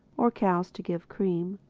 or cows to give cream.